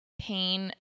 pain